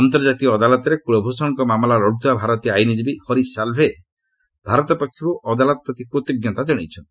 ଅନ୍ତର୍ଜାତୀୟ ଅଦାଲତରେ କ୍ଳଭ୍ରଷଣଙ୍କ ମାମଲା ଲଢ଼ୁଥିବା ଭାରତୀୟ ଆଇନଜୀବୀ ହରୀଶ ସାଲ୍ଭେ ଭାରତ ପକ୍ଷରୁ ଅଦାଲତ ପ୍ରତି କୃତ୍ଜ୍ଞତା ଜଣାଇଛନ୍ତି